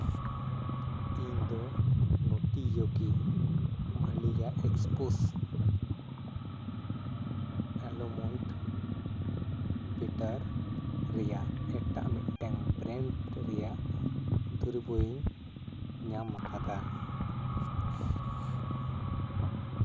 ᱤᱧ ᱫᱚ ᱱᱚᱴᱤ ᱡᱚᱜᱤ ᱵᱷᱟᱞᱤᱭᱟᱜ ᱮᱠᱥᱯᱳᱥ ᱮᱞᱚᱢᱚᱱᱰ ᱵᱮᱴᱟᱨ ᱨᱮᱭᱟᱜ ᱮᱴᱟᱜ ᱢᱫᱴᱮᱱ ᱵᱨᱮᱱᱰ ᱨᱮᱭᱟᱜ ᱫᱩᱨᱤᱵᱟᱹᱧ ᱧᱟᱢᱟᱠᱟᱫᱟ